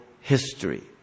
history